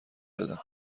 بدم